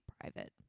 private